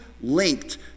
linked